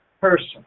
person